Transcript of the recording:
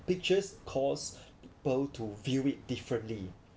pictures cause people to view it differently